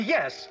Yes